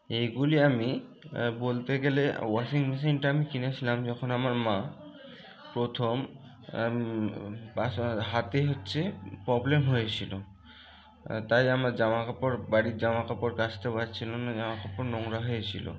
এগুলি আমি বলতে গেলে ওয়াশিং মেশিনটা আমি কিনেছিলাম যখন আমার মা প্রথম বাসার হাতে হচ্ছে প্রবলেম হয়েছিলো তাই আমার জামা কাপড় বাড়ির জামা কাপড় কাচতে পারছিলো না জামা কাপড় নোংরা হয়েছিলো